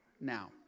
now